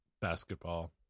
basketball